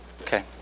Okay